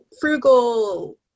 frugal